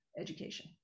education